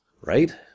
right